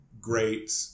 great